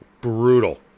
Brutal